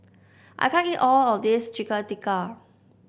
I can't eat all of this Chicken Tikka